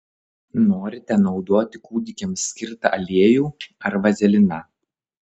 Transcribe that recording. norite naudoti kūdikiams skirtą aliejų ar vazeliną